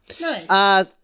Nice